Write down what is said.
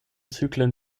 zyklen